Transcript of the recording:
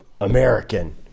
American